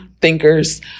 thinkers